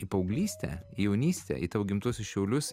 į paauglystę į jaunystę į gimtuosius šiaulius